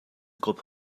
gruppe